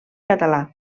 català